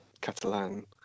Catalan